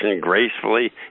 gracefully